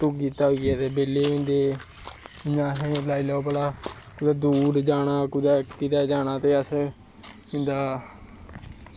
धोई धाईयै ते बेह्ले होई जंदे इयां लाई लैओ असैं दूर जाना ते असैं इंदा